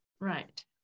right